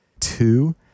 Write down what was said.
Two